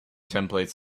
templates